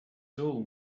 soul